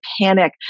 panic